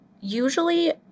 usually